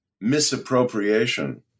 misappropriation